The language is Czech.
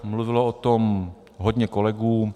Mluvilo o tom hodně kolegů.